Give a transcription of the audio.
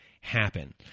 happen